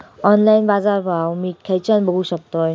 Online बाजारभाव मी खेच्यान बघू शकतय?